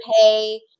pay